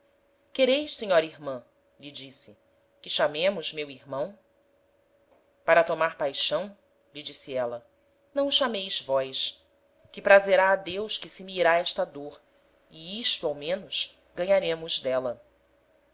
quereis senhora irman lhe disse que chamemos meu irmão para tomar paixão lhe disse éla não o chameis vós que prazerá a deus que se me irá esta dôr e isto ao menos ganharemos d'éla